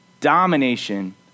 domination